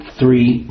three